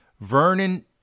Vernon